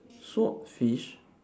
swordfish